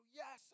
yes